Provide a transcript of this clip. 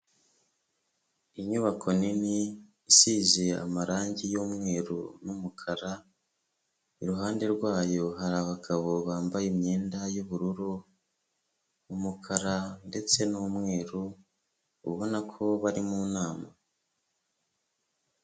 Inyubako nini isize amarangi y'umweru n'umukara, iruhande rwayo hari abagabo bambaye imyenda y'ubururu, umukara ndetse n'umweru ubona ko bari mu nama.